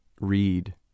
read